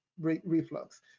reflux